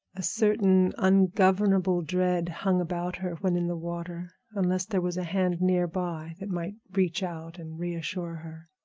a certain ungovernable dread hung about her when in the water, unless there was a hand near by that might reach out and reassure her.